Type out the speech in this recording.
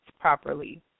properly